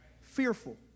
fearful